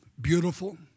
Beautiful